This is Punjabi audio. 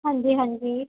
ਹਾਂਜੀ ਹਾਂਜੀ